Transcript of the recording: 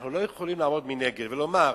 אנחנו לא יכולים לעמוד מנגד ולומר,